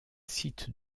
site